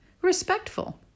respectful